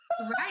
right